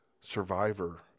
survivor